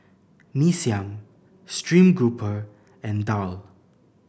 Mee Siam stream grouper and daal